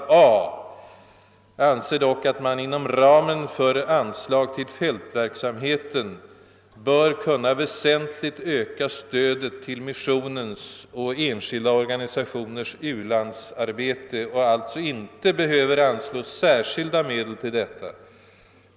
Jag anser dock att man inom ramen för det stora anslaget till fältverksamheten bör kunna väsentligt öka stödet till missionens och enskilda organisationers u-landsarbete och alltså inte behöver anslå särskilda medel till detta stöd.